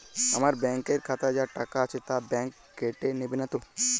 আমার ব্যাঙ্ক এর খাতায় যা টাকা আছে তা বাংক কেটে নেবে নাতো?